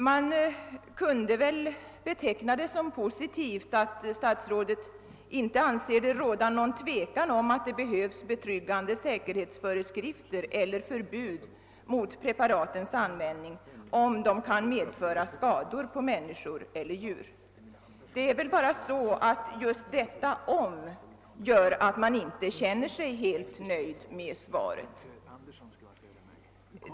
Man kunde väl beteckna det som positivt att statsrådet inte anser att det råder något tvivel om att det behövs betryggande <säkerhetsföreskrifter eller förbud mot preparatens användning, om de kan medföra skador på människor eller djur. Det är väl bara så att just detta »om» gör att man inte känner sig helt nöjd med svaret.